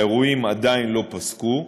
האירועים עדיין לא פסקו,